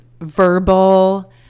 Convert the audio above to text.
verbal